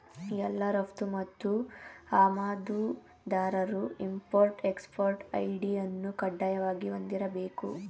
ಎಲ್ಲಾ ರಫ್ತು ಮತ್ತು ಆಮದುದಾರರು ಇಂಪೊರ್ಟ್ ಎಕ್ಸ್ಪೊರ್ಟ್ ಐ.ಡಿ ಅನ್ನು ಕಡ್ಡಾಯವಾಗಿ ಹೊಂದಿರಬೇಕು